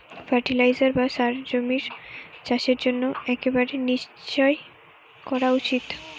fertiliser বা সার জমির চাষের জন্য একেবারে নিশ্চই করা উচিত